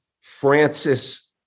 Francis